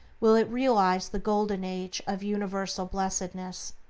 will it realize the golden age of universal blessedness.